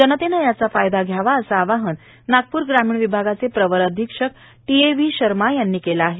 जनतेनं याचा फायदा घ्यावं असं आवाहन नागप्र ग्रामिण विभागाचे प्रवर अधिक्षक टी ए व्ही शर्मा हयांनी केलं आहे